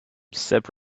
step